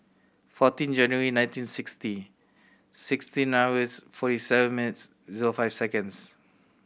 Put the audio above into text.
fourteen January nineteen sixty sixteen hours forty seven minutes zero five seconds